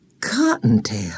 Cottontail